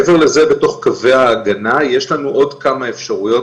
מעבר לזה בתוך קווי ההגנה יש לנו עוד כמה אפשרויות